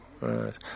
Right